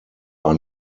are